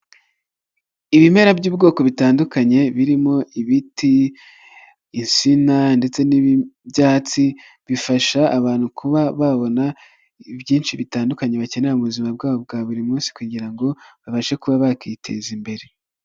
Ibimera by'ubwoko butandukanye birimo ibiti, insina ndetse n'ibyatsi bifasha abantu kuba babona byinshi bitandukanye bakeneye mu buzima bwabo bwa buri munsi kugira ngo babashe kuba bakiteza imbere.